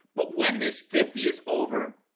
but when this fifty is over